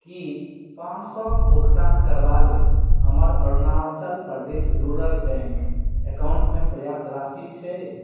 की पाँच सएक भुगतान करबा लेल हमर अरुणाचल प्रदेश रूरल बैंक अकाउंटमे पर्याप्त राशि छै